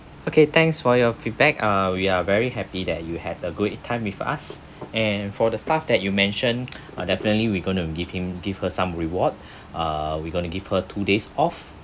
okay thanks for your feedback uh we are very happy that you had a good time with us and for the staff that you mentioned uh definitely we going to give him give her some reward uh we going to give her two days off